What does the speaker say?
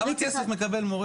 כמה כסף מקבל מורה